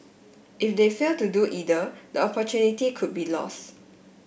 if they fail to do either the opportunity could be lost